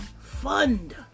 Fund